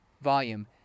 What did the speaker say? volume